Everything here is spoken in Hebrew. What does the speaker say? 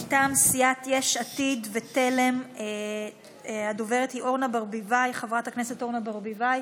מטעם סיעת יש עתיד-תל"ם הדוברת היא חברת הכנסת אורנה ברביבאי.